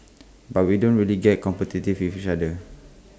but we don't really get competitive with each other